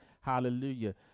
Hallelujah